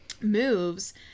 moves